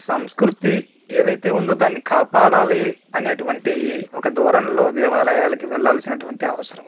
సంస్కృతి ఏదైతే ఉందో దాన్ని కాపాడాలి అనేటటువంటి ఒక ధోరణిలో దేవాలయాలకు వెళ్ళాల్సినటువంటి అవసరం ఉంది